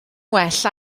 well